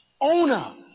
owner